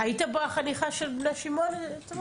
היית בחניכה של בני שמעון אתמול?